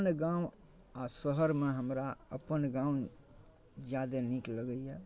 अपन गाम आओर शहरमे हमरा अपन गाम जादे नीक लगैए